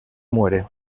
muere